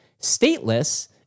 Stateless